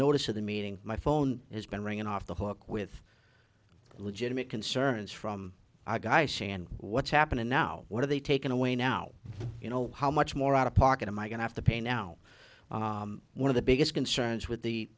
notice of the meeting my phone has been ringing off the hook with legitimate concerns from our guys and what's happening now what are they taking away now you know how much more out of pocket am i going to have to pay now one of the biggest concerns with the